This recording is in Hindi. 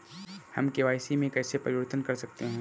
हम के.वाई.सी में कैसे परिवर्तन कर सकते हैं?